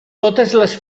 les